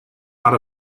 out